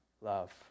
love